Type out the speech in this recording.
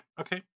okay